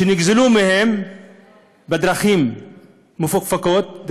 שנגזלו מהם בדרכים מפוקפקות,